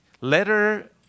letter